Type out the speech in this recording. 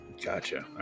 Gotcha